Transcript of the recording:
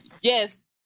Yes